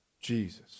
Jesus